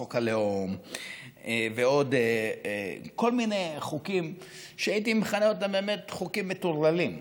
חוק הלאום ועוד כל מיני חוקים שהייתי מכנה אותם באמת חוקים מטורללים,